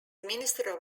minister